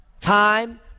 time